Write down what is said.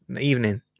evening